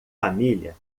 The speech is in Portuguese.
família